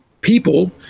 people